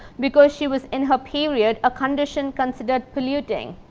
because she was in her period, a condition considered polluting